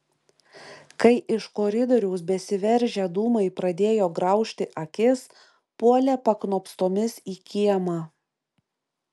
kai iš koridoriaus besiveržią dūmai pradėjo graužti akis puolė paknopstomis į kiemą